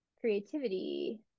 creativity